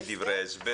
זה דברי הסבר.